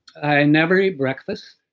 i never eat breakfast.